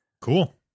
Cool